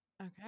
Okay